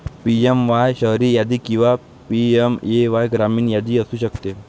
PMAY शहरी यादी किंवा पी.एम.ए.वाय ग्रामीण यादी असू शकते